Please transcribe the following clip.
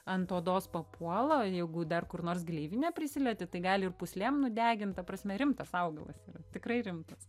ant odos papuola jeigu dar kur nors gleivine prisilieti tai gali ir pūslėm nudegint ta prasme rimtas augalas yra tikrai rimtas